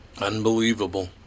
Unbelievable